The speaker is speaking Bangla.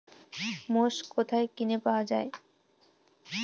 মোষ কোথায় কিনে পাওয়া যাবে?